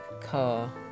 car